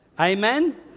Amen